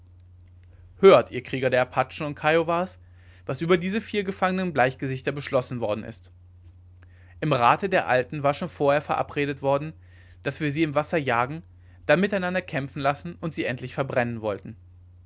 hört ihr krieger der apachen und kiowas was über diese vier gefangenen bleichgesichter beschlossen worden ist im rate der alten war schon vorher verabredet worden daß wir sie im wasser jagen dann miteinander kämpfen lassen und sie endlich verbrennen wollten